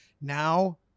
Now